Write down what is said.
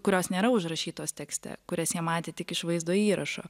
kurios nėra užrašytos tekste kurias jie matė tik iš vaizdo įrašo